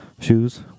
Shoes